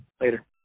Later